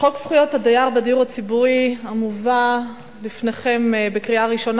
חוק זכויות הדייר בדיור הציבורי מסדיר את